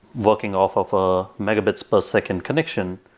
working off of ah megabits per second connection,